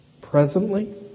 presently